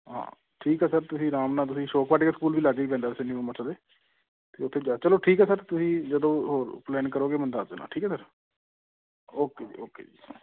ਹਾਂ ਠੀਕ ਆ ਸਰ ਤੁਸੀਂ ਆਰਾਮ ਨਾਲ਼ ਤੁਸੀਂ ਸੋ ਸਾਡਾ ਸਕੂਲ ਵੀ ਲਾਗੇ ਹੀ ਪੈਂਦਾ ਵੈਸੇ ਨਿਊ ਮੋਰਛਾ ਦੇ ਅਤੇ ਉੱਥੇ ਜਾ ਕੇ ਚਲੋ ਠੀਕ ਆ ਸਰ ਤੁਸੀਂ ਜਦੋਂ ਪਲੈਨ ਕਰੋਗੇ ਮੈਨੂੰ ਦੱਸ ਦੇਣਾ ਠੀਕ ਹੈ ਸਰ ਓਕੇ ਜੀ ਓਕੇ ਜੀ